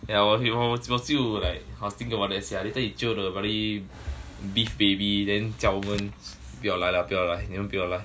yeah 我我就 like I'll thinking about it sian later he jio the very this phoebe then 叫我们不要来 lah 不要来你们不要来